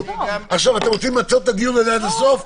אתם רוצים לנצל את הדיון הזה עד הסוף?